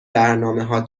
برنامهها